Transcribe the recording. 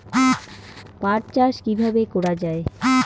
পাট চাষ কীভাবে করা হয়?